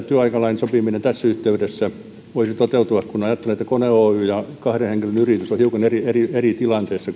työaikalain sopiminen näissä kaikkein pienimmissä yrityksissä voisi toteutua kun ajattelee että kone oyj ja kahden henkilön yritys ovat kuitenkin hiukan eri eri tilanteessa